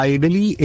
Ideally